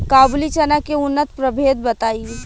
काबुली चना के उन्नत प्रभेद बताई?